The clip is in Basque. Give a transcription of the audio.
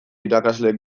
irakasleek